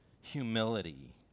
Humility